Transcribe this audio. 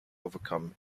overcome